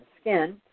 skin